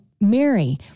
Mary